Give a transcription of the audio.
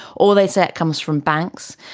or they say it comes from banks.